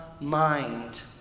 mind